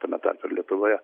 tame tarpe ir lietuvoje